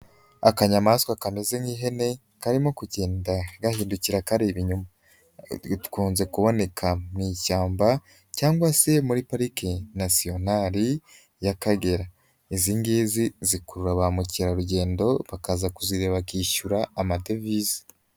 Akanyamaswa kameze nk'ihene, karimo kugenda gahindukira kareba inyuma, bikunze kuboneka mu ishyamba cyangwag se muri pariki nasiyonari y'Akagera, izi ngizi zikurura ba mukerarugendo, bakaza kuzireba bakishyura amadovize.